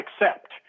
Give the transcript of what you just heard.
accept